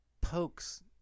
pokes